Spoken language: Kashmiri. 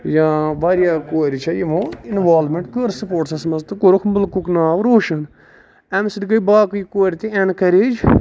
یا واریاہ کورِ چھےٚ یِمو اِنوالمینٹ کٔر سُپوٹسس منٛز تہٕ کوٚرُکھ مُلکُک ناو روشن اَمہِ سۭتۍ گے باقی کورِ تہِ اینکَریج